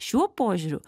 šiuo požiūriu